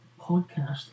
podcast